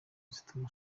zituma